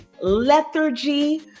lethargy